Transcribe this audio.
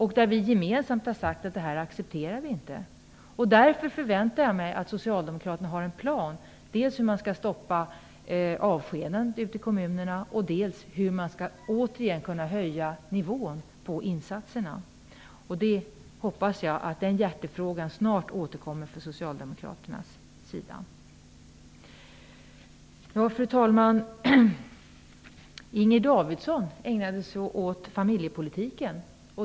Vi har gemensamt sagt att vi inte accepterar det. Därför förväntar jag mig att Socialdemokraterna har en plan, dels för hur man skall stoppa avskedandena ute i kommunerna, dels för hur man återigen skall kunna höja nivån på insatserna. Jag hoppas att Socialdemokraterna återkommer med den hjärtefrågan snart. Fru talman! Inger Davidson ägnade sig åt familjepolitiken.